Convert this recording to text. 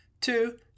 Two